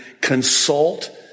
consult